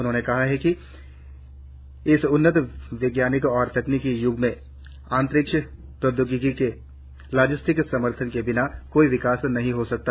उन्होंने कहा कि इस उन्नत वैज्ञानिक और तकनीकी यूग में अंतरिक्ष प्रौद्योगिकी के लॉजिस्टिक समर्थन के बिना कोई विकास नही हो सकता